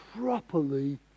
properly